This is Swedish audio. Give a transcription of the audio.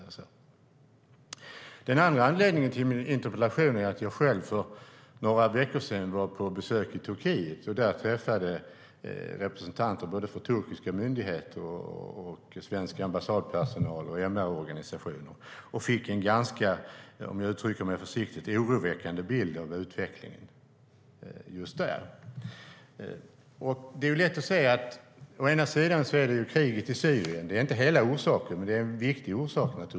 Ett annat skäl till min interpellation är att jag själv för några veckor sedan var på besök i Turkiet och där träffade representanter för turkiska myndigheter, svenska ambassaden och MR-organisationer. Jag fick, för att uttrycka mig försiktigt, en ganska oroväckande bild av utvecklingen just där. Å ena sidan har vi kriget i Syrien. Det är inte hela orsaken, men det är en viktig orsak.